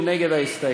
מי נגד ההסתייגות?